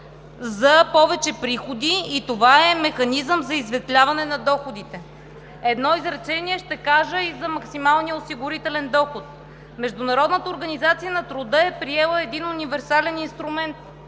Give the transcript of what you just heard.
за повече приходи и е механизъм за изсветляване на доходите. Едно изречение ще кажа и за максималния осигурителен доход. Международната организация на труда е приела един универсален инструмент